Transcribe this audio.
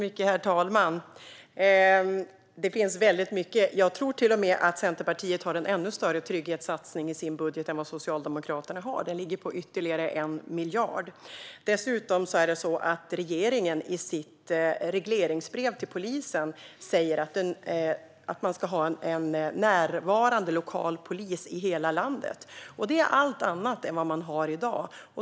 Herr talman! Det finns väldigt mycket. Jag tror till och med att Centerpartiet har en ännu större trygghetssatsning i sin budget än vad Socialdemokraterna har. Den ligger på ytterligare 1 miljard. Dessutom säger regeringen i sitt regleringsbrev till polisen att man ska ha en närvarande lokal polis i hela landet. Det är allt annat än vad man har i dag.